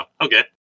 okay